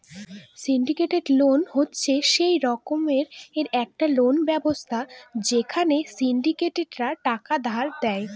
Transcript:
syndicated loan হচ্ছে সে রকমের একটা লোন ব্যবস্থা যেখানে সিন্ডিকেটরা টাকা ধার দেয়